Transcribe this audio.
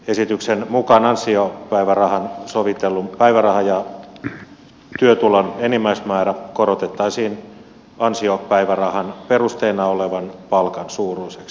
esityksen mukaan ansiopäivärahan sovitellun päivärahan ja työtulon enimmäismäärä korotettaisiin ansiopäivärahan perusteena olevan palkan suuruiseksi